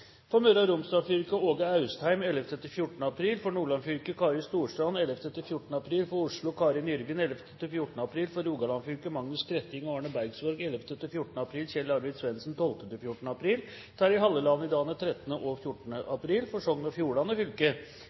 For Møre og Romsdal fylke: Åge Austheim i tiden 11.–14. april For Nordland fylke: Kari Storstrand i tiden 11.–14. april For Oslo: Karin Yrvin i tiden11.–14. april For Rogaland fylke: Magnus Skretting og Arne Bergsvåg i tiden 11.–14. april, Kjell Arvid Svendsen i tiden 12.–14. april og Terje Halleland i dagene 13. og 14. april For Sogn og Fjordane fylke: